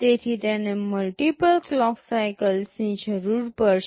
તેથી તેને multiple clock સાઇકલ્સની જરૂર પડશે